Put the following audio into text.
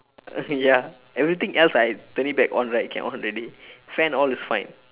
ya everything else I turn it back on right can on already fan all is fine